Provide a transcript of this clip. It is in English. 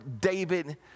David